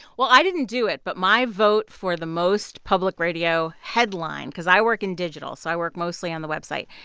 well, i didn't do it, but my vote for the most public radio headline because i work in digital, so i work mostly on the website.